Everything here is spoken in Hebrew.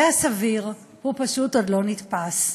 והסביר, הוא פשוט עוד לא נתפס.